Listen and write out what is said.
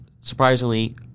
surprisingly